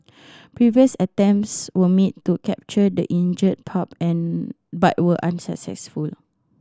previous attempts were made to capture the injured pup and but were unsuccessful